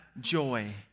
joy